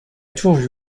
toujours